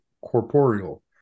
corporeal